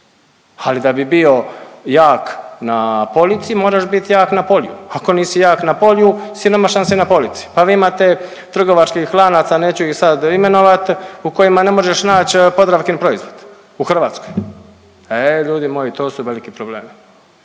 ali da bi bio jak na polici moraš biti jak na polju, ako nisi jak na polju sigurno nemaš šanse na polici. Pa vi imate trgovačkih lanaca, neću ih sada imenovati u kojima ne možeš naći Podravkin proizvod u Hrvatskoj. E ljudi moji to su veliki problemi,